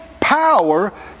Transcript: power